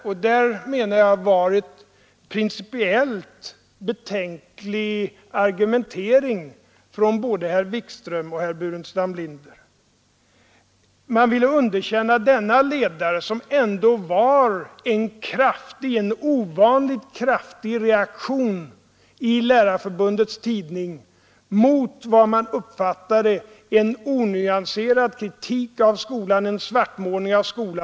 Det var, menar jag, en principiellt betänklig argumentering från både herr Wikström och herr Burenstam Linder. Denna ledare i Lärarförbundets tidning var ändå en ovanligt kraftig reaktion mot vad man uppfattade som en onyanserad kritik och svartmålning av skolan.